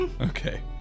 Okay